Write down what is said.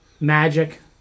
Magic